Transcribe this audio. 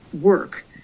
work